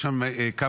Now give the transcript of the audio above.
22)